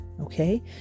okay